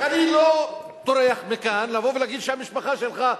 אני לא טורח מכאן להגיד שהמשפחה שלך,